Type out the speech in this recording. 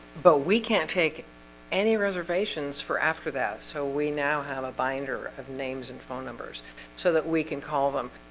but we can't take any reservations for after that so we now have a binder of names and phone numbers so that we can call them